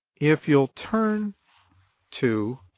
if you'll turn to